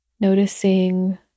noticing